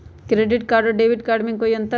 Credit card और debit card में की अंतर हई?